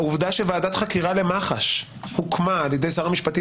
העובדה שוועדת חקירה למח"ש הוקמה על-ידי שר המשפטים